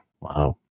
Wow